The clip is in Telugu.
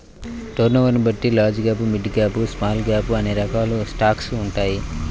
టర్నోవర్ని బట్టి large cap, mid cap, small cap అనే రకాలైన స్టాక్స్ ఉంటాయి